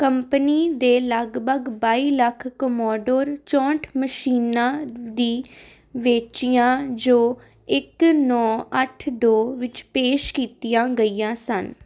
company ਨੇ ਲਗਭਗ ਬਾਈ ਲੱਖ ਕਮੋਡੋਰ ਚੌਹਠ ਮਸ਼ੀਨਾਂ ਵੀ ਵੇਚੀਆਂ ਜੋ ਇੱਕ ਨੌ ਅੱਠ ਦੋ ਵਿੱਚ ਪੇਸ਼ ਕੀਤੀਆਂ ਗਈਆਂ ਸਨ